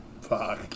Fuck